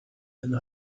and